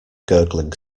gurgling